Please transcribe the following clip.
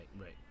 right